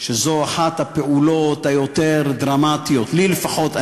שזו אחת הפעולות היותר דרמטיות, לי לפחות.